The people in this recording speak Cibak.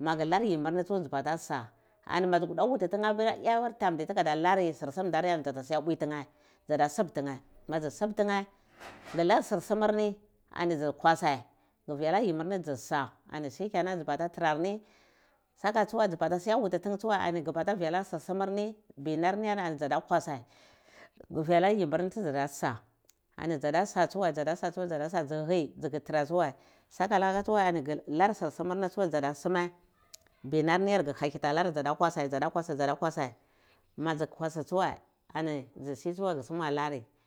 magi lar yimmi nheh tsu dzu batasa ani ma dzi kudi wulti sir sum ndar ani dza ta siya